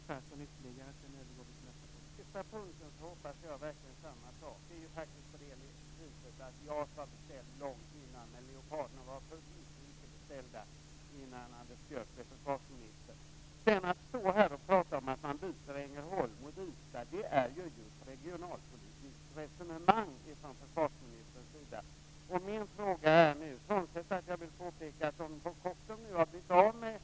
Mytbildningen kring de här förslagen fortsätter emellertid ute i landet, men på något sätt skall väl sunt förnuft och ärlighet segra också i den här kammarens debatter. Jag har goda förhoppningar när det gäller riksdagen på den punkten.